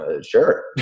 sure